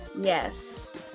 Yes